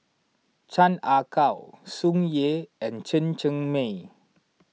Chan Ah Kow Tsung Yeh and Chen Cheng Mei